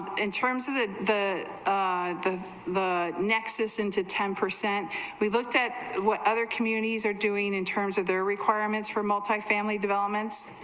in terms of that, and the the nexus into ten percent we looked at what other communities are doing in terms of their requirements for multifamily developments